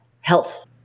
health